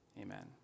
Amen